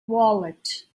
wallet